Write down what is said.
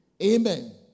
Amen